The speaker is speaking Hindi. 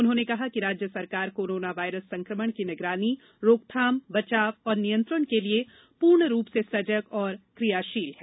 उन्होंने कहा कि राज्य सरकार कोरोना वायरस संक्रमण की निगरानी रोकथाम बचाव और नियंत्रण के लिये पूर्ण सजग और क्रियाशील है